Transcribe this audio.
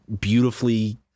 beautifully